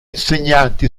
insegnanti